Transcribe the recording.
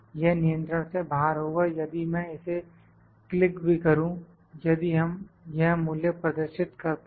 यह नियंत्रण से बाहर होगा यदि मैं इसे क्लिक भी करूँ यदि हम यह मूल्य प्रदर्शित करते हैं